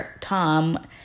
Tom